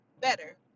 better